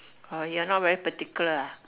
orh you're not very particular ah